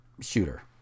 shooter